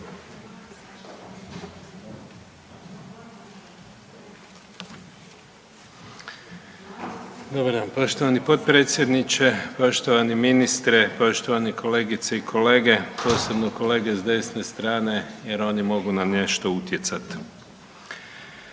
Dobar dan. Poštovani potpredsjedniče, poštovani ministre, poštovane kolegice i kolege, posebno kolege s desne strane jer oni mogu na nešto utjecati.